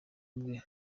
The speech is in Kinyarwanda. bwe